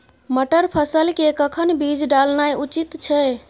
मटर फसल के कखन बीज डालनाय उचित छै?